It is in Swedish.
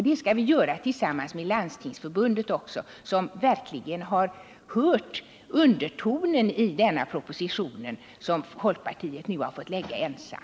Det skall vi göra tillsammans med Landstingsförbundet, som verkligen har hört undertonen i denna proposition, som folkpartiet nu ensamt har fått lägga fram.